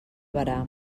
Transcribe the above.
berà